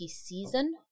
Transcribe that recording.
season